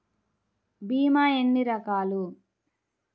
భీమ ఎన్ని రకాలు?